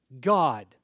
God